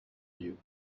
you